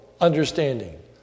understanding